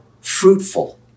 fruitful